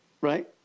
right